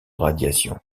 radiations